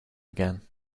again